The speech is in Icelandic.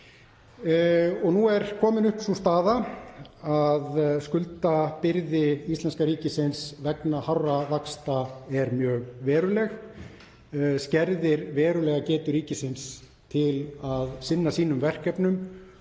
og nú er komin upp sú staða að skuldabyrði íslenska ríkisins vegna hárra vaxta er mjög veruleg, skerðir verulega getu ríkisins til að sinna sínum verkefnum